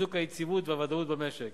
לחיזוק היציבות והוודאות במשק,